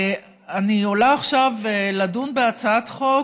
אני עולה עכשיו לדון בהצעת חוק